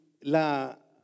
la